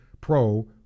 pro